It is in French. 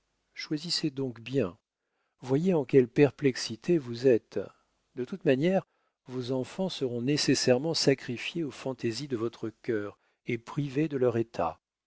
choisissez donc bien voyez en quelles perplexités vous êtes de toute manière vos enfants seront nécessairement sacrifiés aux fantaisies de votre cœur et privés de leur état